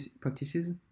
practices